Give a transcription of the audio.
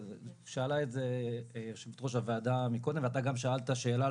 שאלה את זה יושבת ראש הוועדה מקודם ואתה גם שאלת שאלה על